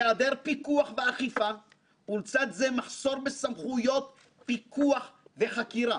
היעדר פיקוח ואכיפה ולצד זה מחסור בסמכויות פיקוח וחקירה,